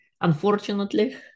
unfortunately